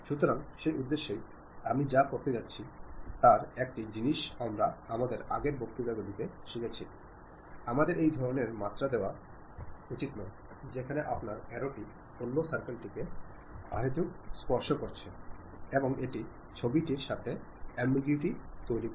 সুতরাং সেই উদ্দেশ্যে আমি যা করতে যাচ্ছি তার একটি জিনিস আমরা আমাদের আগের বক্তৃতাগুলিতে শিখেছি আমাদের এই ধরণের মাত্রা দেওয়া উচিত নয় যেখানে আপনার অ্যারো টি অন্য সার্কেল টিকে অহেতুক স্পর্শ করছে এবং এটি ছবিটির সাথে অ্যাম্বিগুইটি তৈরি করে